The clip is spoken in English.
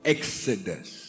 Exodus